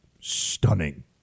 stunning